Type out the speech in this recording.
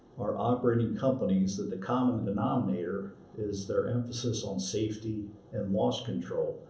are operating companies that the common denominator is their emphasis on safety and loss control,